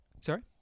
Sorry